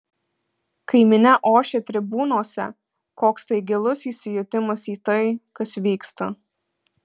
kai minia ošia tribūnose koks tai gilus įsijautimas į tai kas vyksta